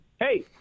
Hey